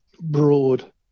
broad